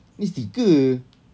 ni sticker